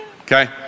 okay